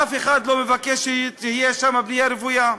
אף אחד לא מבקש שתהיה שם בנייה רוויה.